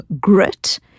grit